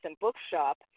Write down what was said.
Bookshop